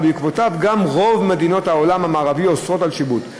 ובעקבותיו גם רוב מדינות העולם המערבי אוסרות שיבוט.